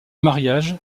mariage